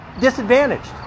disadvantaged